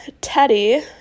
Teddy